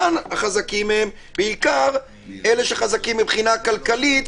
פה החזקים הם בעיקר אלה שחזקים מבחינה כלכלית,